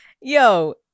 Yo